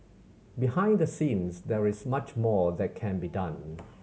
behind the scenes there is much more that can be done